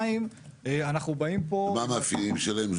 מה המאפיינים שלהם?